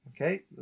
okay